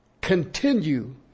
Continue